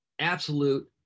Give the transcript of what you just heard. Absolute